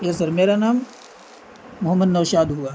یس sir میرا نام محمد نوشاد ہوا